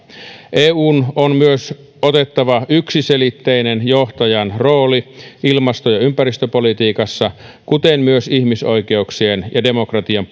eun on myös otettava yksiselitteinen johtajan rooli ilmasto ja ympäristöpolitiikassa kuten myös ihmisoikeuksien ja demokratian